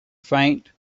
faint